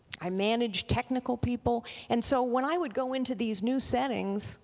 i managed technical people and so when i would go into these new settings